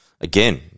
again